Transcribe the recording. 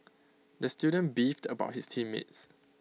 the student beefed about his team mates